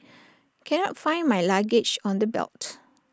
cannot find my luggage on the belt